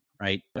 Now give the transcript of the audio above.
right